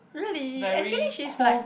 really actually she is like